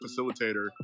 facilitator